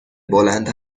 بلند